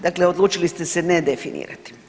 Dakle, odlučili ste se nedefinirati.